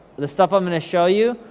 the stuff i'm gonna show you,